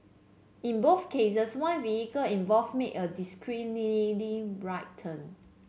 in cases one vehicle involved make a turn